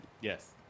Yes